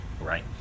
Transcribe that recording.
right